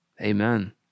Amen